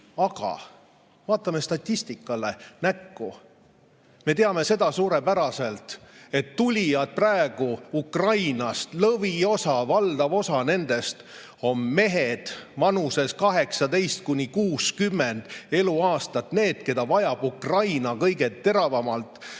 Aga vaatame statistikale näkku. Me teame seda suurepäraselt, et tulijad praegu Ukrainast, lõviosa, valdav osa nendest on mehed vanuses 18–60 eluaastat ehk need, keda vajab Ukraina kõige teravamalt